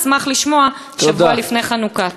אשמח לשמוע, שבוע לפני חנוכה.